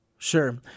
Sure